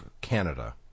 Canada